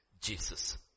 Jesus